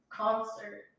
concert